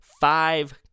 five